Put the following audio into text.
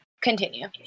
Continue